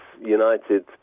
United